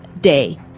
day